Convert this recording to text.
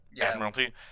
Admiralty